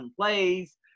plays